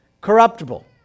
corruptible